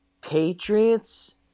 Patriots